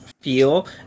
feel